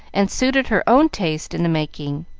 and suited her own taste in the making.